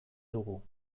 dugu